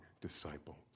disciples